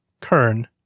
Kern